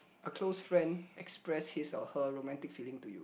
a close friend express his or her romantic feeling to you